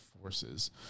forces